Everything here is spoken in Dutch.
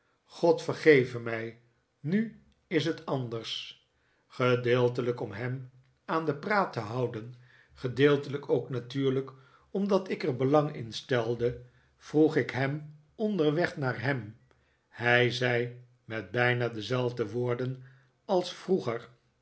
god vergeve mij nu is het anders gedeeltelijk om hem aan den praat te houden gedeeltelijk ook natuurlijk omdat ik er belang in stelde vroeg ik hem onderweg naar ham hij zei met bijna dezelfde woorden als vroeger